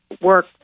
work